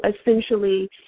essentially